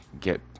get